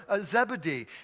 Zebedee